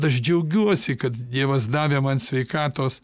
aš džiaugiuosi kad dievas davė man sveikatos